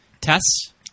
tests